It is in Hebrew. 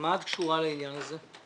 מה את קשורה לעניין הזה?